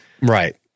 Right